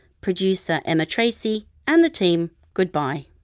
producer emma tracey, and the team, goodbye